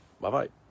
Bye-bye